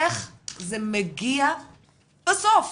איך זה מגיע בסוף